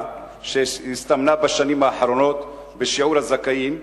שהסתמנה בשנים האחרונות בשיעור הזכאים,